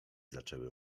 zaczęły